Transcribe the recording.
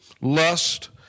lust